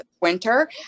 winter